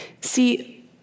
See